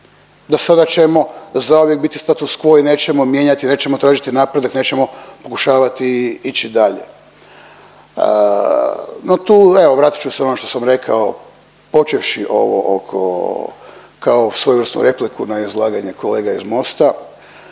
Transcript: da sada ćemo zauvijek biti status quo i nećemo mijenjati, nećemo tražiti napredak, nećemo pokušavati ići dalje. No tu, evo vratit ću se ono što sam rekao počevši ovo oko kao svojevrsnu repliku na izlaganje kolega iz MOST-a.